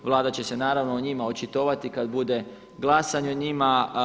Vlada će se naravno o njima očitovati kad bude glasanje o njima.